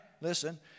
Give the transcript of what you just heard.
Listen